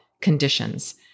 conditions